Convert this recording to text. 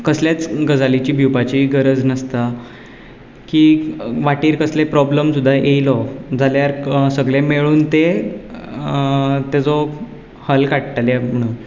कसलेंच गजालीची भिवपाची गरज नासता की वाटेर कसले प्रोब्लेम सुद्दां येयलो जाल्यार सगले मेळून ते ताजो हल काडटले म्हणून